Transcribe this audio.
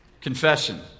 confession